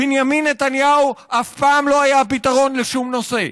בנימין נתניהו אף פעם לא היה הפתרון לשום נושא,